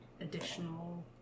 additional